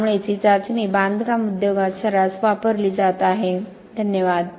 त्यामुळेच ही चाचणी बांधकाम उद्योगात सर्रास वापरली जात आहे धन्यवाद